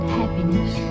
happiness